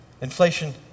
inflation